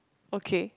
okay